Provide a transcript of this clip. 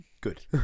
good